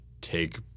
take